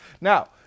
Now